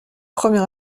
premier